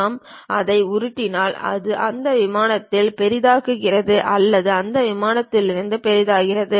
நாம் அதை உருட்டினால் அது அந்த விமானத்தில் பெரிதாக்குகிறது அல்லது அந்த விமானத்திலிருந்து பெரிதாக்குகிறது